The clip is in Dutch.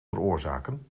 veroorzaken